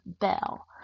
Bell